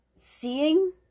Seeing